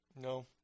No